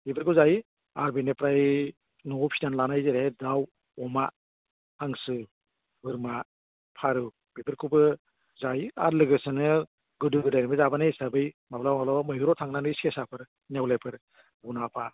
बेफोरखौ जायो आरो बेनिफ्राय न'आव फिसिनानै लानाय जेरै दाउ अमा हांसो बोरमा फारौ बेफोरखौबो जायो आरो लोगोसेनो गोदो गोदायबो जाबोनाय हिसाबै माब्लाबा माब्लाबा मैहुराव थांनानै सेसाफोर नेवलाइफोर बन हाफा